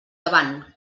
avant